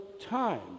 time